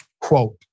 quote